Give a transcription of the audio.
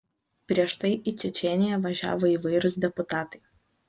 prieš tai į čečėniją važiavo įvairūs deputatai